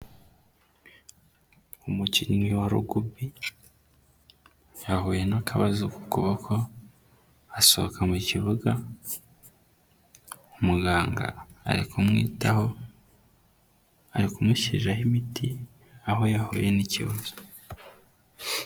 Umukinnyi wa rugubi yahuye n'akabazo kukuboko asohoka mu kibuga umuganga ari kumwitaho ari kumushyiraho imiti aho yahuye n'ikibazo.